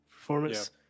performance